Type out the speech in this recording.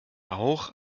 auch